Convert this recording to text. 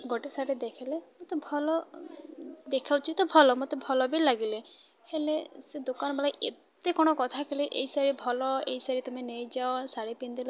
ଗୋଟେ ଶାଢ଼ୀ ଦେଖଲେ ମୋତେ ଭଲ ଦେଖାଉଛି ତ ଭଲ ମୋତେ ଭଲ ବି ଲାଗିଲେ ହେଲେ ସେ ଦୋକାନ ବାଲା ଏତେ କ'ଣ କଥା କଲେ ଏଇ ଶାଢ଼ୀ ଭଲ ଏଇ ଶାଢ଼ୀ ତୁମେ ନେଇଯାଅ ଶାଢ଼ୀ ପିନ୍ଧିଲେ